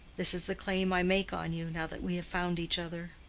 this is the claim i make on you, now that we have found each other.